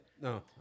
No